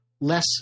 less